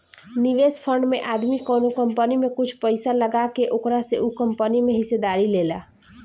निवेश फंड में आदमी कवनो कंपनी में कुछ पइसा लगा के ओकरा से उ कंपनी में हिस्सेदारी लेला